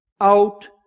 out